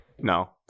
No